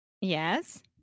Yes